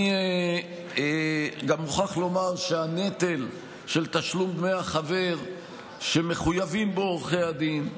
אני גם מוכרח לומר שהנטל של תשלום דמי החבר שמחויבים בו עורכי הדין,